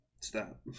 Stop